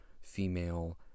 female